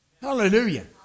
Hallelujah